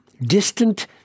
distant